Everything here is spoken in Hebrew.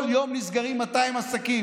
כל יום נסגרים 200 עסקים.